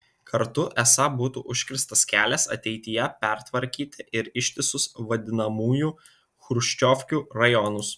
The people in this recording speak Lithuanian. kartu esą būtų užkirstas kelias ateityje pertvarkyti ir ištisus vadinamųjų chruščiovkių rajonus